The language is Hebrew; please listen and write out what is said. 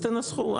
אז תנסחו.